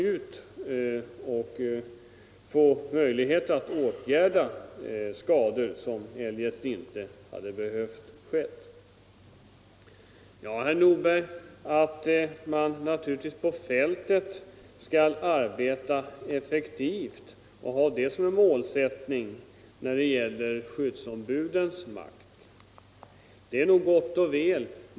Ja, herr Nordberg, att man skall ha som en målsättning för skyddsombuden att arbetet skall bedrivas effektivt på fältet är nog gott och väl.